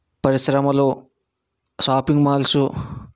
పరిశ్రమలు shopping malls